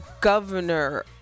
governor